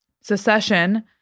Secession